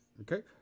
Okay